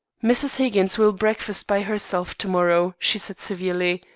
mrs. higgins will breakfast by herself to-morrow she said severely.